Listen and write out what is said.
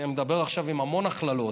אני מדבר עכשיו עם המון הכללות,